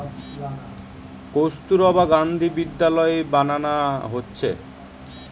কস্তুরবা গান্ধী বিদ্যালয় বানানা হচ্ছে